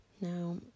Now